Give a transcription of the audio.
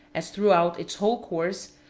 as throughout its whole course,